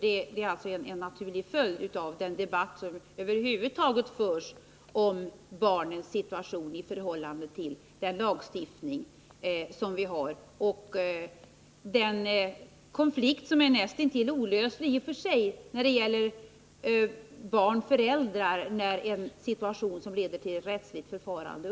Det blir en naturlig följd av den debatt som över huvud taget förs om barnens situation i förhållande till den lagstiftning vi Nr 152 har. Det är fråga om en konflikt som är näst intill olöslig när det i relationen Fredagen den barn-föräldrar uppstår en situation som leder till rättsligt förfarande.